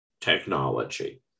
technology